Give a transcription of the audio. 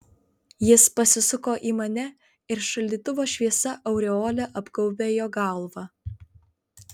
jis pasisuko į mane ir šaldytuvo šviesa aureole apgaubė jo galvą